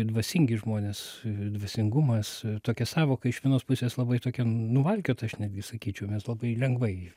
dvasingi žmonės dvasingumas tokia sąvoka iš vienos pusės labai tokia nuvalkiota aš netgi sakyčiau mes labai lengvai